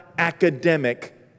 Academic